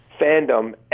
fandom